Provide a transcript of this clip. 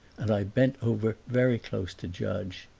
and i bent over very close to judge.